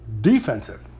defensive